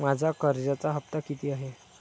माझा कर्जाचा हफ्ता किती आहे?